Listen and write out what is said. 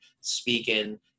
speaking